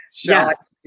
Yes